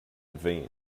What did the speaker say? vain